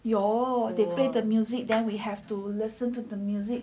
you you know they play the music then we have to listen to the music